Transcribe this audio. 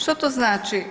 Što to znači?